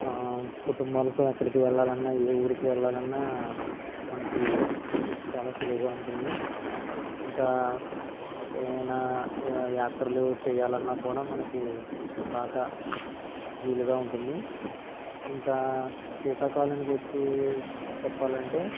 కుటుంబాలతో ఎక్కడికి వెళ్ళాలన్న ఏ ఊరుకు వెళ్ళాలన్న మనకి చాలా సులువుగా ఉంటుంది ఇంకా ఏవైనా యాత్రలు చేయాలన్న కూడా మనకి బాగా వీలుగా ఉంటుంది ఇంకా శీతాకాలానికి వచ్చి చెప్పాలంటే